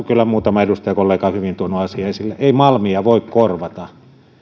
kyllä muutama edustajakollega hyvin tuonut asian esille että ei malmia voi korvata